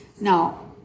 Now